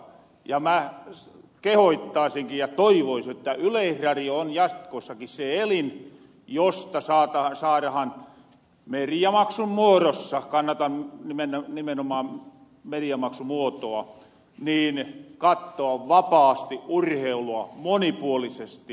mä kehoittaasinkin ja toivoisin jotta yleisradio on jatkossakin se elin josta saarahan mediamaksun muorossa kannatan nimenomaan mediamaksumuotoa kattoa vapaasti urheilua monipuolisesti